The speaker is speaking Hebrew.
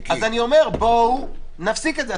אז אני אומר, בואו נפסיק את זה.